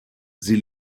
sie